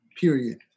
period